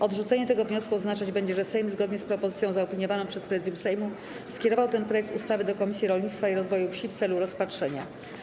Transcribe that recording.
Odrzucenie tego wniosku będzie oznaczać, że Sejm, zgodnie z propozycją zaopiniowaną przez Prezydium Sejmu, skierował ten projekt ustawy do Komisji Rolnictwa i Rozwoju Wsi w celu rozpatrzenia.